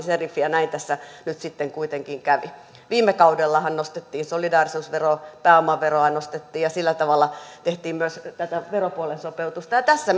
seriffi ja näin tässä nyt sitten kuitenkin kävi viime kaudellahan nostettiin solidaarisuusveroa pääomaveroa nostettiin ja sillä tavalla tehtiin myös tätä veropuolen sopeutusta tässä